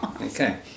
Okay